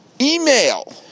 Email